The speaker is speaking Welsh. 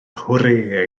hwrê